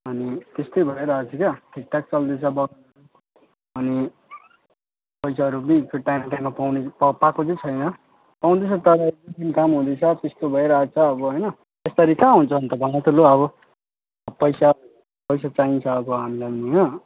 अनि त्यस्तै भइरहेको छ क्या ठिकठाक चल्दैछ बग अनि पैसाहरू पनि फेरि टाइम टाइममा पाउने पा पाएको चाहिँ छैन पाउँदैछन् तर त्यो जुन काम हुँदैछ त्यस्तो भइरहेको छ अब होइन त्यसरी कहाँ हुन्छ अन्त भन त लु अब पैसा पैसा चाहिन्छ अब हामीलाई पनि होइन